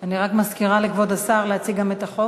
אני רק מזכירה לכבוד השר להציג גם את החוק.